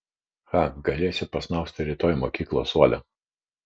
cha galėsi pasnausti rytoj mokyklos suole